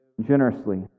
generously